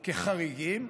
מוגדרים חריגים.